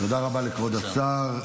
תסמוך על השר,